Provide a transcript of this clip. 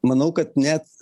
manau kad net